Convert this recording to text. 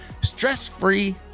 stress-free